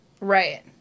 Right